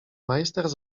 majster